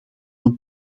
een